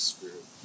Spirit